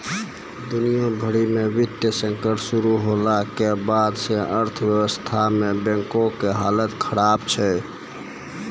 दुनिया भरि मे वित्तीय संकट शुरू होला के बाद से अर्थव्यवस्था मे बैंको के हालत खराब छै